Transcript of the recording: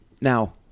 Now